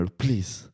please